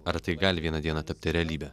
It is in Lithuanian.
ar tai gali vieną dieną tapti realybe